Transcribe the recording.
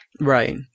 Right